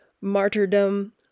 martyrdom